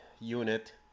unit